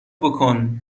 بکن